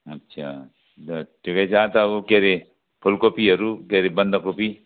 अच्छा अनि त ठिकै छ त अब के रे फुलकोपीहरू के रे बन्दाकोपी